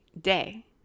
day